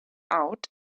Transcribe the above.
out